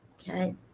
okay